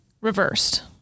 reversed